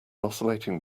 oscillating